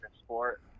Sport